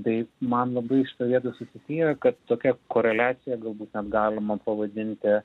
tai man labai šitoj vietoj susisieja kad tokia koreliacija galbūt net galima pavadinti